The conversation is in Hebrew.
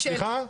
סליחה?